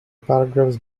paragraphs